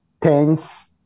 tense